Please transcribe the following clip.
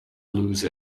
lose